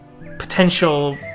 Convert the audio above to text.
potential